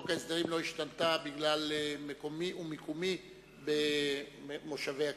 על חוק ההסדרים לא השתנתה בגלל מקומי או מיקומי במושבי הכנסת.